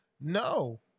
No